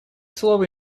слово